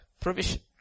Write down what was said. provision